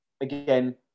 again